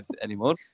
anymore